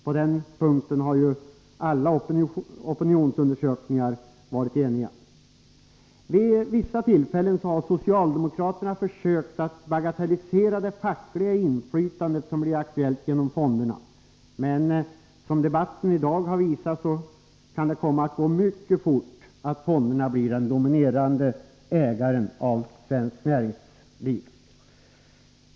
På den punkten har ju alla opinionsundersökningar varit eniga. Vid vissa tillfällen har socialdemokraterna försökt att bagatellisera det fackliga inflytande som blir aktuellt genom fonderna, men som debatten i dag har visat kan fonderna mycket fort komma att bli den dominerande ägaren av svenskt näringsliv.